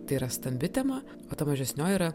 tai yra stambi tema o ta mažesnioji yra